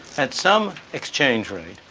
at some exchange rate,